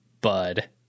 bud